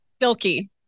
Silky